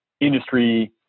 industry